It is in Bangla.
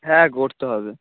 হ্যাঁ করতে হবে